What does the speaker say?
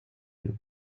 you